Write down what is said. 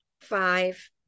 Five